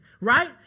right